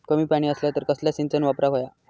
कमी पाणी असला तर कसला सिंचन वापराक होया?